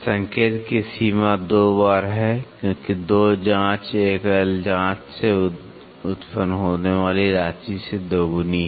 संकेत की सीमा दो बार है क्योंकि 2 जांच एकल जांच जांच से उत्पन्न होने वाली राशि से दोगुनी है